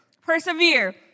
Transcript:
Persevere